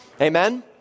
Amen